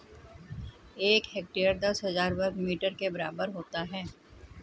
एक हेक्टेयर दस हजार वर्ग मीटर के बराबर होता है